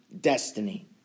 destiny